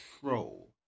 control